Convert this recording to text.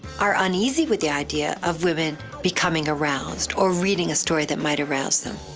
are uneasy with the idea of women becoming aroused or reading a story that might arouse them.